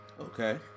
Okay